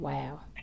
Wow